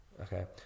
Okay